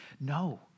No